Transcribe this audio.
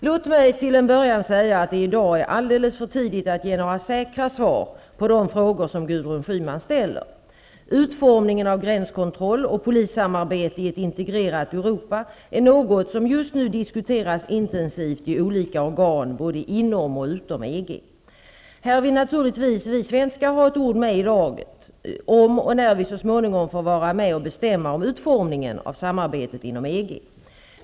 Låt mig till en början säga att det i dag är alldeles för tidigt att ge några säkra svar på de frågor som Europa är något som just nu diskuteras intensivt i olika organ både inom och utom EG. Här vill vi svenskar naturligtvis ha ett ord med i laget, om och när vi så småningom får vara med och bestämma om utformningen av samarbetet inom EG.